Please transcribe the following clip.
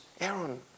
Aaron